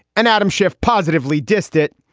and adam schiff positively dissed it.